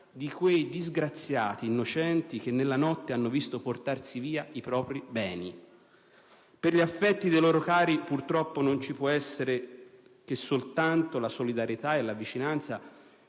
di quei disgraziati innocenti che nella notte hanno visto portati via i propri beni. Per gli affetti dei loro cari purtroppo non ci può che essere la solidarietà e la vicinanza,